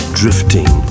drifting